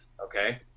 Okay